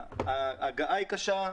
ההגעה היא קשה,